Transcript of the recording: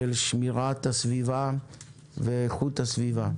של שמירת הסביבה ואיכות הסביבה.